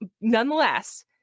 Nonetheless